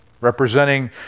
Representing